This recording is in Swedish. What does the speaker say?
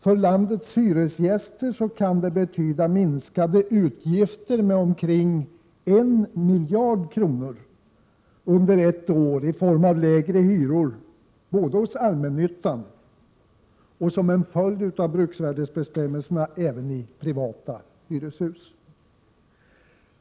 För landets hyresgäster kan det betyda omkring 1 miljard kronor i minskade utgifter under ett år i form av lägre hyror både hos allmännyttan och, som en följd av bruksvärdesbestämmelserna, i privata hyreshus.